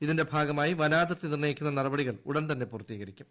ഇതിന്റെ ഭാഗമായി വനാതിർത്തി നിർണ്ണയിക്കുന്നതിനുള്ള നടപടികൾ ഉടൻ തന്നെ പൂർത്തീകരിക്കും